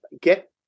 get